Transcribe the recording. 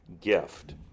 gift